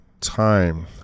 time